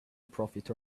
profit